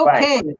Okay